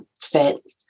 fit